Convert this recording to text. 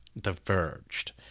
diverged